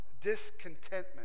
discontentment